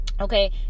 Okay